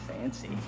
Fancy